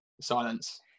Silence